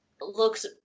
looks